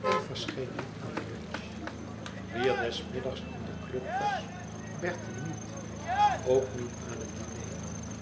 en verscheen niet aan het lunch wie er des middags in de club was bertie niet ook niet aan het diner